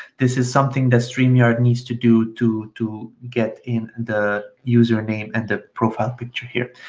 this is something that stream yard needs to do to to get in the username and the profile picture here.